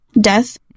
death